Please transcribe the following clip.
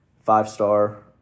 five-star